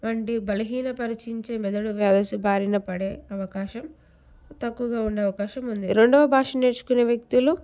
వంటి బలహీన పరిచించే మెదడు వ్యాయస బారిన పడే అవకాశం తక్కువుగా ఉండే అవకాశం ఉంది రెండవ భాష నేర్చుకునే వ్యక్తులు